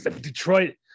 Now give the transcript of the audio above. Detroit